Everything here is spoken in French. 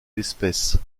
l’espèce